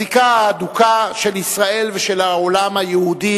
הזיקה ההדוקה של ישראל ושל העולם היהודי